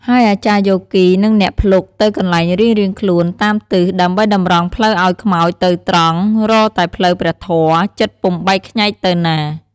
ហើយអាចារ្យយោគីនិងអ្នកភ្លុកទៅកន្លែងរៀងៗខ្លួនតាមទិសដើម្បីតម្រង់ផ្លូវឲ្យខ្មោចទៅត្រង់រកតែផ្លូវព្រះធម៌ ចិត្តពុំបែកខ្ញែកទៅណា។